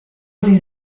sie